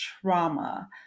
trauma